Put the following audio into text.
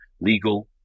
legal